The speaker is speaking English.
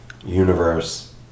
universe